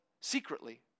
secretly